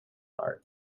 art